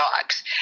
dogs